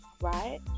right